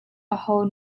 aho